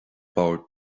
bord